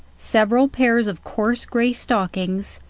several pairs of coarse grey stockings,